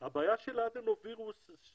אבל פחות טובה מ-65 והמטרה שלנו היא למצוא